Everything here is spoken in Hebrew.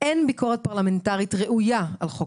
"אין ביקורת פרלמנטרית ראויה על חוק